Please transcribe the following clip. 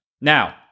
Now